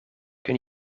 kun